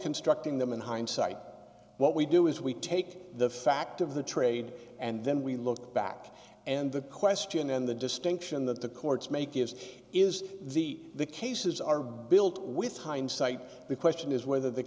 constructing them in hindsight what we do is we take the fact of the trade and then we look back and the question and the distinction that the courts make is is the the cases are built with hindsight the question is whether the